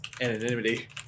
anonymity